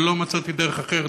אבל לא מצאתי דרך אחרת,